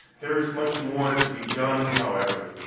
there is much more to be done however,